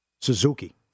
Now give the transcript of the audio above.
Suzuki